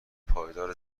پایدار